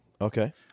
okay